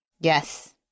Yes